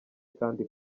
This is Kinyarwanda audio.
kandi